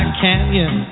canyon